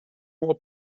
hoher